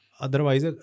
Otherwise